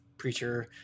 preacher